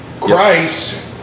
Christ